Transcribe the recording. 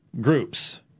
groups